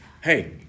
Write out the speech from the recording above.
Hey